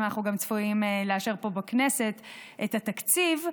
אנחנו גם צפויים לאשר פה בכנסת את התקציב,